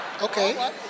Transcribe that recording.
Okay